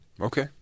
Okay